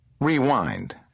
rewind